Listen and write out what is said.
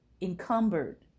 encumbered